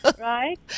Right